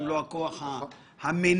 אם לא הכוח המניע.